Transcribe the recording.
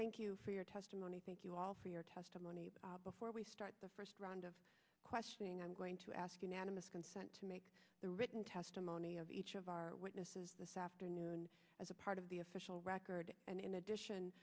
thank you for your testimony thank you all for your testimony before we start the first round of questioning i'm going to ask unanimous consent to make the written testimony of each of our witnesses this afternoon as a part of the official record and in addition